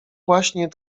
właśnie